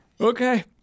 Okay